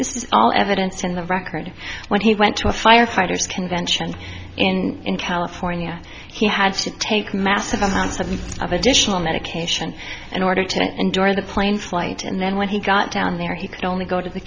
this is all evidence in the record when he went to a firefighters convention in california he had to take massive amounts of additional medication in order to endure the plane's flight and then when he got down there he could only go to the